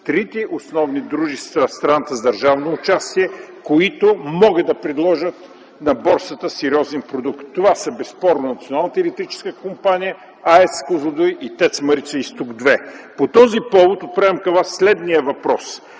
трите основни дружества в страната с държавно участие, които могат да предложат на борсата сериозен продукт. Това безспорно са Националната електрическа компания, АЕЦ „Козлодуй” и ТЕЦ „Марица Изток 2”. По този повод отправям към Вас следния въпрос: